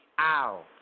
Ow